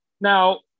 Now